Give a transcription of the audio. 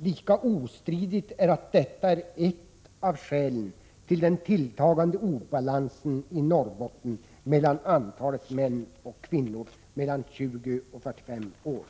Lika ostridigt är att detta är ett av skälen till den tilltagande obalansen i Norrbotten mellan antalet män och kvinnor i åldern 20-45 år.